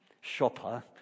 shopper